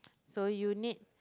so you need